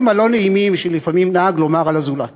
הלא-נעימים שלפעמים נהג לומר על הזולת.